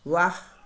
वाह